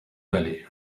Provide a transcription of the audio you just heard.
valley